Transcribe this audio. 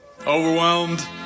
overwhelmed